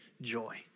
joy